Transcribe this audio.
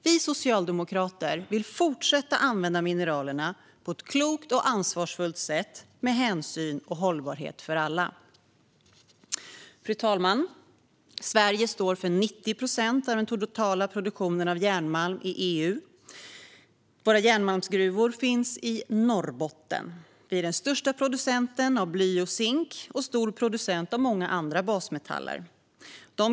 Vi socialdemokrater vill fortsätta att använda mineralerna på ett klokt och ansvarsfullt sätt, med hänsyn och hållbarhet för alla. Fru talman! Sverige står för 90 procent av den totala produktionen av järnmalm i EU. Våra järnmalmsgruvor finns i Norrbotten. Vi är den största producenten av bly och zink och en stor producent av många andra basmetaller.